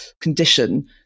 condition